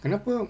kenapa